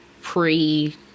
pre